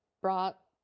brought